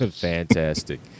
Fantastic